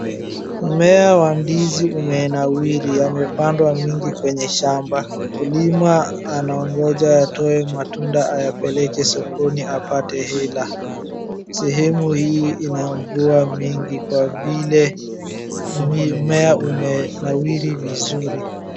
Mmea wa ndizi umenawili ,yamepandwa mingi kwenye shamba .Mkulima anangoja yatoe matunda, ayapeleke sokoni apate hela. Sehemu hii ina mvua mingi ,kwa vile mimea imenawili vizuri.